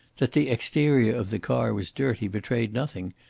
that the exterior of the car was dirty betrayed nothing,